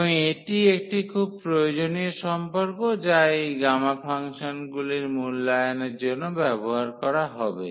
এবং এটি একটি খুব প্রয়োজনীয় সম্পর্ক যা এই গামা ফাংশনগুলি মূল্যায়নের জন্য ব্যবহার করা হবে